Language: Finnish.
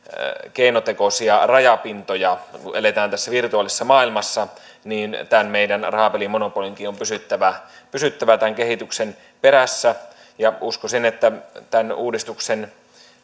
keinotekoisia rajapintoja kun eletään tässä virtuaalisessa maailmassa niin tämän meidän rahapelimonopolimmekin on on pysyttävä pysyttävä tämän kehityksen perässä uskoisin että tämän uudistuksen